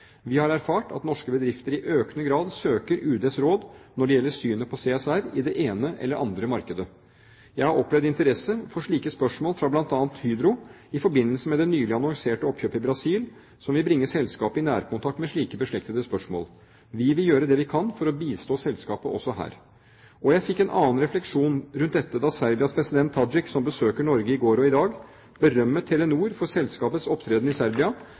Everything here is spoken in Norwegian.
Vi har erfart at norske bedrifter i økende grad søker UDs råd når det gjelder synet på CSR i det ene eller andre markedet. Jeg har opplevd interesse for slike spørsmål fra bl.a. Hydro i forbindelse med det nylig annonserte oppkjøpet i Brasil, som vil bringe selskapet i nærkontakt med slike beslektede spørsmål. Vi vil gjøre det vi kan for å bistå selskapet også her. Og jeg fikk en annen refleksjon rundt dette da Serbias president Tadic, som er på besøk i Norge i går og i dag, berømmet Telenor for selskapets opptreden i Serbia